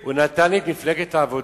הוא נתן לי את הזמן של מפלגת העבודה.